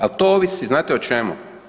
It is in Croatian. Ali to ovisi znate o čemu?